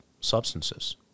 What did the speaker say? substances